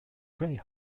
play